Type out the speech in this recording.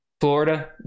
Florida